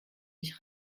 mich